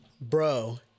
Bro